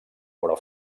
però